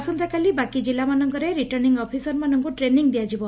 ଆସନ୍ତାକାଲି ବାକି ଜିଲ୍ଲାମାନଙ୍କରେ ରିଟର୍ଶ୍ୱିଂ ଅଫିସରମାନଙ୍କୁ ଟ୍ରେନିଂ ଦିଆଯିବ